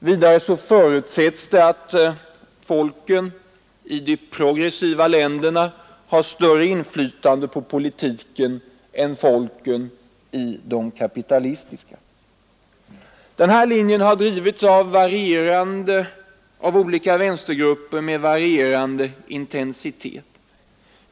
Vidare förutsätts att folken i de ”progressiva” länderna har större inflytande på politiken än folken i de Denna linje har alltså drivits av olika vänstergrupper med varierande intensitet.